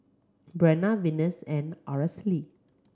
Breanna Venus and Aracely